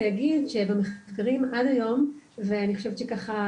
במחקרים עד היום ואני חושבת שככה